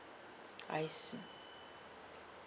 I see